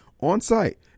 on-site